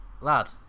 lad